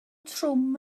trwm